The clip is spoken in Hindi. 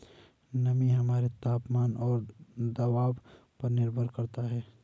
नमी हमारे तापमान और दबाव पर निर्भर करता है